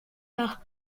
par